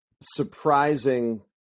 surprising